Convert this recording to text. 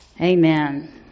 Amen